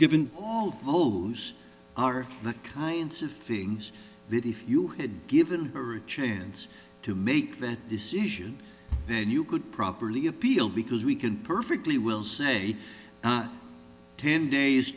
given oh those are the kinds of things that if you had given her a chance to make that decision then you could properly appeal because we can perfectly we'll say ten days